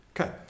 Okay